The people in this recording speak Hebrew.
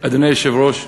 אדוני היושב-ראש,